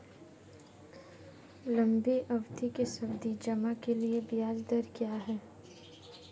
लंबी अवधि के सावधि जमा के लिए ब्याज दर क्या है?